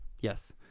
Yes